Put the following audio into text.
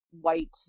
white